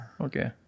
Okay